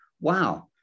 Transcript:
wow